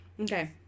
Okay